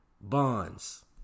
bonds